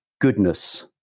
goodness